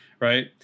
right